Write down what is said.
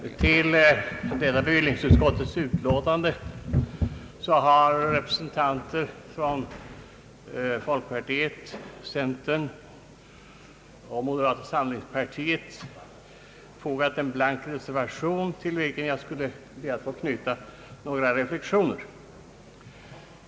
Herr talman! Till bevillningsutskottets betänkande har folkpartiets, centerpartiets och moderata samlingspartiets representanter i utskottet fogat en blank reservation, till vilken jag vill knyta några reflexioner.